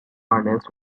harness